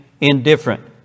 indifferent